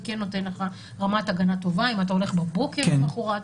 זה כן נותן לך רמת הגנה טובה אם אתה הולך בבוקר למחרת.